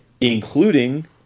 including